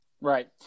Right